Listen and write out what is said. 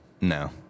No